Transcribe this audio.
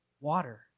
water